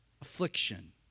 Affliction